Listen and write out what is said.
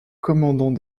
commandant